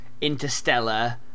Interstellar